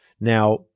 Now